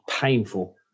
painful